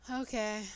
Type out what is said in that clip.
okay